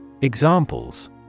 Examples